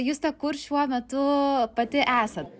juste kur šiuo metu pati esat